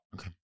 Okay